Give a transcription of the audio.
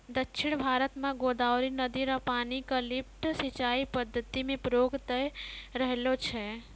दक्षिण भारत म गोदावरी नदी र पानी क लिफ्ट सिंचाई पद्धति म प्रयोग भय रहलो छै